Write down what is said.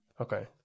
Okay